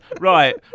right